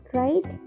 right